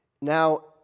Now